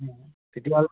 এতিয়া